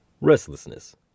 Restlessness